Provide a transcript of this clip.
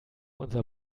unser